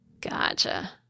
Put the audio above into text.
Gotcha